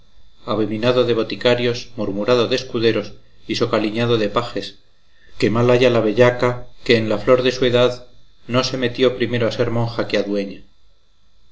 abominado de boticarios murmurado de escuderos y socaliñado de pajes que mal haya la bellaca que en la flor de su edad no se metió primero a ser monja que